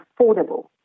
affordable